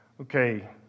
Okay